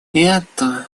это